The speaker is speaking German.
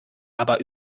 aber